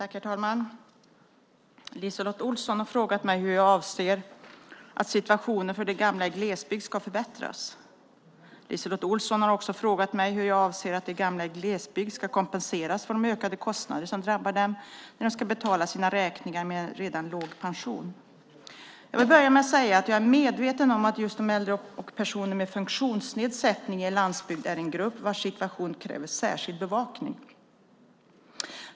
Herr talman! LiseLotte Olsson har frågat mig hur jag avser att situationen för de gamla i glesbygd ska förbättras. LiseLotte Olsson har också frågat mig hur jag avser att de gamla i glesbygd ska kompenseras för de ökade kostnader som drabbar dem när de ska betala sina räkningar med en redan låg pension. Jag vill börja med att säga att jag är medveten om att just äldre personer och personer med funktionsnedsättning i landsbygd är en grupp vars situation kräver särskild bevakning.